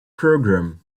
program